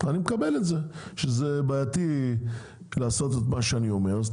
אני מקבל את זה שזה בעייתי לעשות את מה שאני אומר.